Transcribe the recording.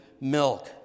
milk